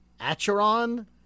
Acheron